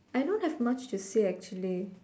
I don't have much to say actually